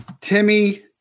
Timmy